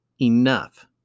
enough